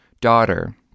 daughter